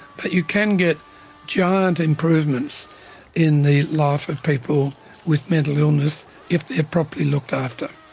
but you can get giant improvements in the life of people with mental illness if they are properly looked after.